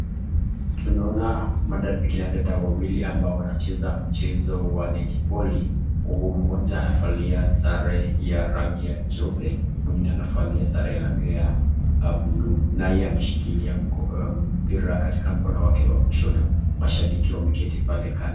Tunaona kina dada wawili ambao wanacheza mchezo wa netiboli. Mmoja anavalia sare ya rangi ya jeupe, mwingine anavalia sare ya rangi ya buluu naye ameshikilia mpira katika mkono wake wa kushoto. Mashabiki wameketi pale kando.